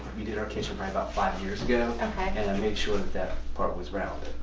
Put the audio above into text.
we did our kitchen right about five years ago, and i made sure that that part was rounded.